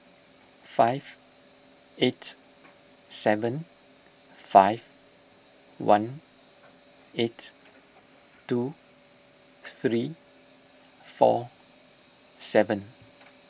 five eight seven five one eight two three four seven